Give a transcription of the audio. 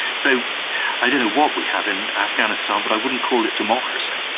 so i don't what we have in afghanistan but i wouldn't call it democracy.